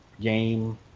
game